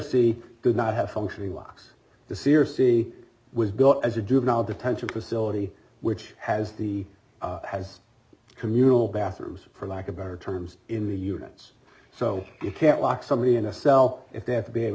c does not have functioning locks desir c was built as a juvenile detention facility which has the has communal bathrooms for lack of better terms in the units so you can't lock somebody in a cell if they have to be able